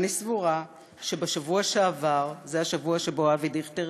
אני סבורה שבשבוע שעבר" זה השבוע שבו אבי דיכטר